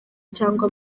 cyangwa